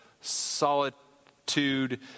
solitude